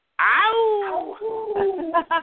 Ow